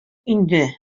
инде